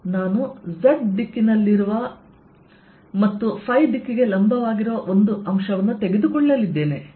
ನಾನು Z ದಿಕ್ಕಿನಲ್ಲಿರುವ ಮತ್ತು ϕ ದಿಕ್ಕಿಗೆ ಲಂಬವಾಗಿರುವ ಒಂದು ಅಂಶವನ್ನು ತೆಗೆದುಕೊಳ್ಳಲಿದ್ದೇನೆ